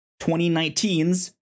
2019's